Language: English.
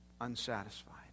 unsatisfied